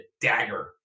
dagger